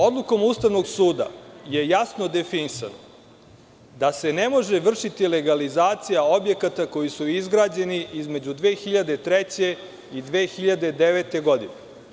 Odlukom Ustavnog suda je jasno definisano da se ne može vršiti legalizacija objekata koji su izgrađeni između 2003. i 2009. godine.